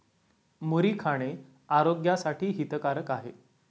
मुरी खाणे आरोग्यासाठी हितकारक आहे